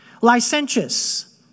Licentious